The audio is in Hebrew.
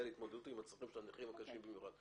להתמודדות עם הצרכים של הנכים הקשים במיוחד.